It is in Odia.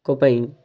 ଙ୍କ ପାଇଁ